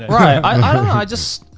right, i don't know. i just,